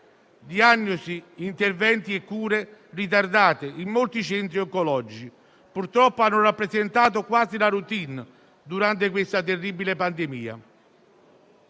Diagnosi, interventi e cure ritardate in molti centri oncologici hanno purtroppo rappresentato quasi la *routine* durante questa terribile pandemia.